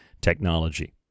technology